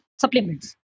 supplements